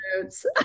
notes